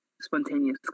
spontaneous